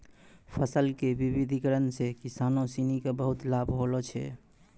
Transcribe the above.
फसल के विविधिकरण सॅ किसानों सिनि क बहुत लाभ होलो छै